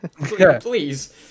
Please